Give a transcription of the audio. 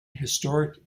historic